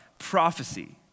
prophecy